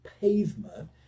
pavement